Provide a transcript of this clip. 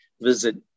visit